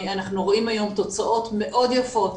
אנחנו רואים היום תוצאות מאוד יפות,